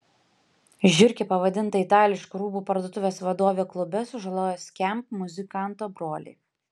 žiurke pavadinta itališkų rūbų parduotuvės vadovė klube sužalojo skamp muzikanto brolį